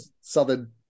southern